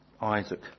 Isaac